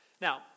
Now